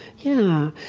yeah,